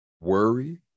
worry